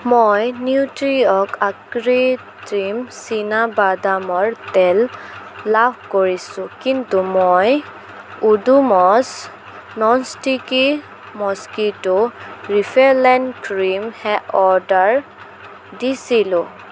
মই নিউট্ৰিঅৰ্গ অকৃত্ৰিম চীনাবাদামৰ তেল লাভ কৰিছোঁ কিন্তু মই Odomos non sticky mosquito repellent ক্ৰীমহে অৰ্ডাৰ দিছিলোঁ